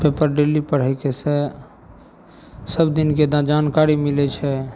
paper daily पढ़ै से सबदिनके जानकारी मिलै छै